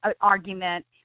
argument